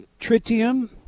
tritium